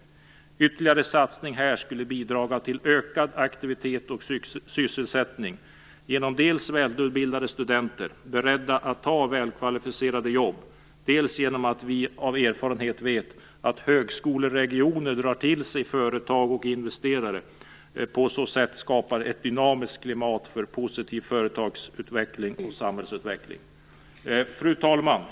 En ytterligare satsning här skulle bidra till ökad aktivitet och sysselsättning dels genom välutbildade studenter som är beredda att ta välkvalificerade jobb, dels genom att vi av erfarenhet vet att högskoleregioner drar till sig företag och investerare och på så sätt skapar ett dynamiskt klimat för positiv företagsutveckling och samhällsutveckling. Fru talman!